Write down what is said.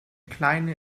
kleine